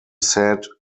said